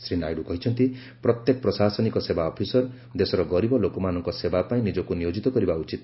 ଶ୍ରୀ ନାଇଡୁ କହିଛନ୍ତି ପ୍ରତ୍ୟେକ ପ୍ରଶାସନିକ ସେବା ଅଫିସର ଦେଶର ଗରିବ ଲୋକମାନଙ୍କ ସେବା ପାଇଁ ନିଜକ୍ତ ନିୟୋଜିତ କରିବା ଉଚିତ